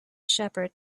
shepherd